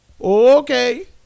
Okay